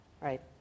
Right